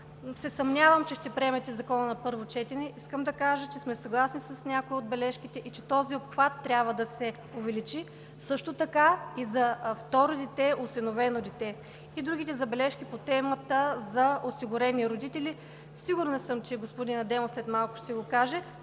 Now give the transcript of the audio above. се съмнявам, че ще приемете Закона на първо четене, искам да кажа, че сме съгласни с някои от бележките и че този обхват трябва да се увеличи – също така и за второ осиновено дете, и другите забележки по темата за осигурените родители. Сигурна съм, че след малко господин Адемов ще го каже.